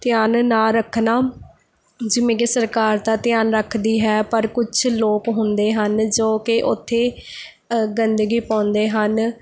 ਧਿਆਨ ਨਾ ਰੱਖਣਾ ਜਿਵੇਂ ਕਿ ਸਰਕਾਰ ਤਾਂ ਧਿਆਨ ਰੱਖਦੀ ਹੈ ਪਰ ਕੁਛ ਲੋਕ ਹੁੰਦੇ ਹਨ ਜੋ ਕਿ ਉੱਥੇ ਗੰਦਗੀ ਪਾਉਂਦੇ ਹਨ